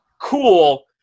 cool